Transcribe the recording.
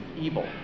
evil